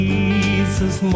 Jesus